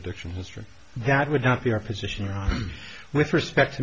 addiction history that would not be our position with respect to